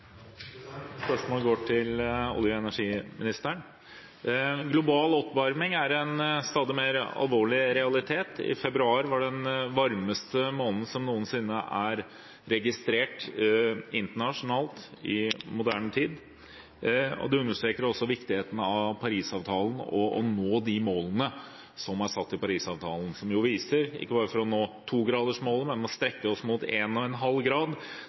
en stadig mer alvorlig realitet. Februar var den varmeste måneden som noensinne er registrert internasjonalt i moderne tid. Det understreker viktigheten av Paris-avtalen og av å nå de målene som er satt i Paris-avtalen, som viser at vi ikke bare må nå 2-gradersmålet, men at vi må strekke oss mot 1,5 grad, og